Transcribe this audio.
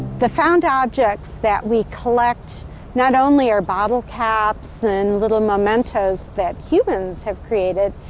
the found objects that we collect not only are bottle caps and little mementos that humans have created,